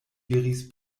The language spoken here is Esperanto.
diris